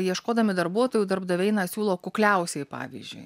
ieškodami darbuotojų darbdaviai na siūlo kukliausiai pavyzdžiui